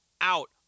out